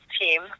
team